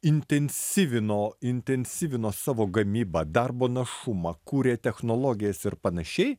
intensyvino intensyvino savo gamybą darbo našumą kūrė technologijas ir panašiai